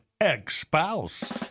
Ex-spouse